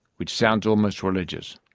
which sounds almost religious.